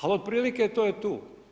Ali otprilike to je tu.